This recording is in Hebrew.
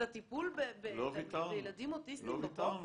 את הטיפול בילדים אוטיסטים בבוקר?